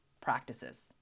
practices